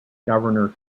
governor